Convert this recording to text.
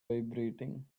vibrating